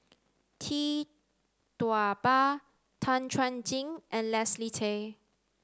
Tee Tua Ba Tan Chuan Jin and Leslie Tay